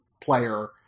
player